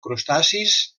crustacis